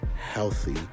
healthy